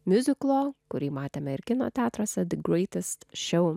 miuziklo kurį matėme ir kino teatruose the greatest show